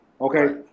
okay